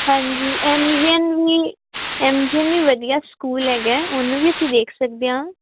ਹਾਂਜੀ M C A ਵੀ ਵਧੀਆ ਸਕੂਲ ਹੈਗਾ ਉਹਨੂੰ ਵੀ ਅਸੀਂ ਵੇਖ ਸਕਦੇ ਆਂ